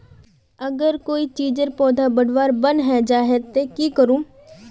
अगर कोई चीजेर पौधा बढ़वार बन है जहा ते की करूम?